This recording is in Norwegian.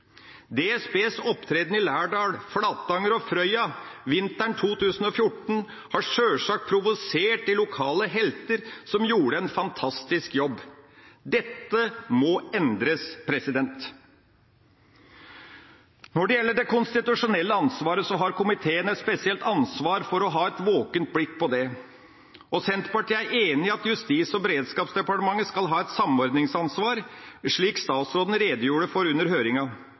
DSBs opptreden i Lærdal, i Flatanger og på Frøya vinteren 2014 har sjølsagt provosert de lokale helter, som gjorde en fantastisk jobb. Dette må endres. Når det gjelder det konstitusjonelle ansvaret, har komiteen et spesielt ansvar for å ha et våkent blikk på det, og Senterpartiet er enig i at Justis- og beredskapsdepartementet skal ha et samordningsansvar, slik statsråden redegjorde for under høringa.